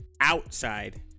outside